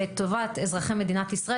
לטובת אזרחי ישראל,